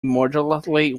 moderately